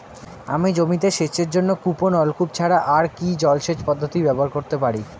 আমি জমিতে সেচের জন্য কূপ ও নলকূপ ছাড়া আর কি জলসেচ পদ্ধতি ব্যবহার করতে পারি?